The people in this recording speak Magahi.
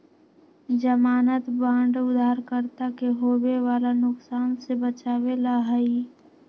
ज़मानत बांड उधारकर्ता के होवे वाला नुकसान से बचावे ला हई